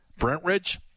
Brentridge